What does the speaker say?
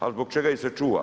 Ali zbog čega ih se čuva?